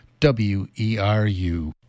WERU